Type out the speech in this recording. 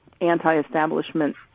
anti-establishment